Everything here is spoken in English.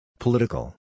Political